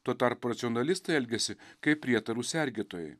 tuo tarpu racionalistai elgiasi kaip prietarų sergėtojai